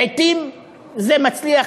לעתים זה מצליח,